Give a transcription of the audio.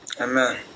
amen